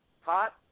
Hot